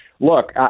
Look